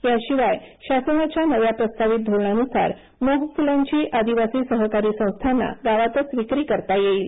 याशिवाय शासनाच्या नव्या प्रस्तावित धोरणानुसार मोहफुलांची आदिवासी सहकारी संस्थांना गावातच विक्री करता येतील